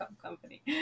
company